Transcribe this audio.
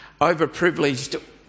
overprivileged